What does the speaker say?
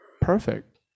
perfect